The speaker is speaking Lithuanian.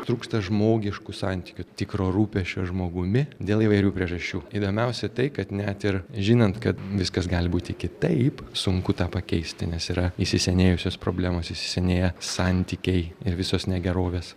trūksta žmogiškų santykių tikro rūpesčio žmogumi dėl įvairių priežasčių įdomiausia tai kad net ir žinant kad viskas gali būti kitaip sunku tą pakeisti nes yra įsisenėjusios problemos įsisenėję santykiai ir visos negerovės